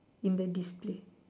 in the display